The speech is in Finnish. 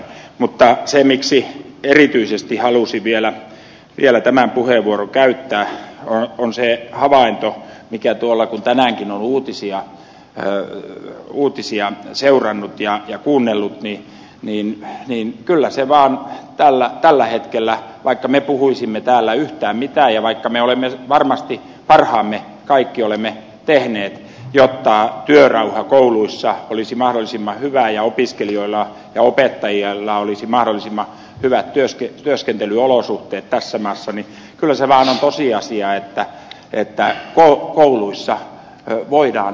mutta syy siihen miksi erityisesti halusin vielä tämän puheenvuoron käyttää on se havainto kun tänäänkin on uutisia seurannut ja kuunnellut niin kyllä se vaan tällä hetkellä on tosiasia vaikka me puhuisimme täällä mitä ja vaikka me olemme varmasti kaikki parhaamme tehneet jotta työrauha kouluissa olisi mahdollisimman hyvä ja opiskelijoilla ja opettajilla olisi mahdollisimman hyvät työskentelyolosuhteet tässä maassa että kouluissa voidaan aika pahoin